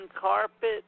carpet